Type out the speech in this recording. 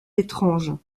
étranges